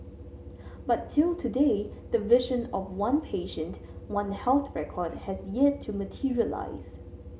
but till today the vision of one patient One Health record has yet to materialise